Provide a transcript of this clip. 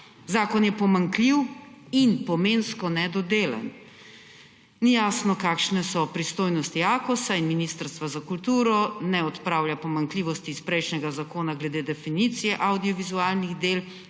Zakon je pomanjkljiv in pomensko nedodelan. Ni jasno, kakšne so pristojnosti Akosa in Ministrstva za kulturo, ne odpravlja pomanjkljivosti iz prejšnjega zakona glede definicije avdiovizualnih del